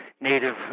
Native